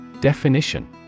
Definition